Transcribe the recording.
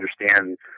understand